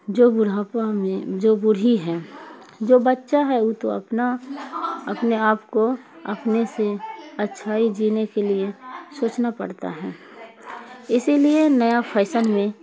جو بڑھاپا میں جو بوڑھی ہیں جو بچہ ہے وہ تو اپنا اپنے آپ کو اپنے سے اچھائی جینے کے لیے سوچنا پڑتا ہے اسی لیے نیا فیشن میں